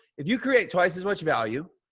if you create twice as much value,